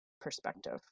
perspective